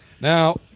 Now